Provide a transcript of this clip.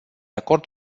acord